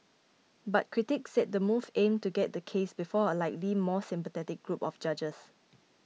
but critics said the move aimed to get the case before a likely more sympathetic group of judges